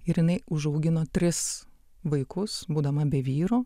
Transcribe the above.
ir jinai užaugino tris vaikus būdama be vyro